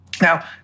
Now